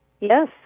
Yes